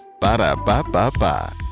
Ba-da-ba-ba-ba